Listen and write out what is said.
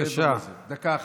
דקה אחת.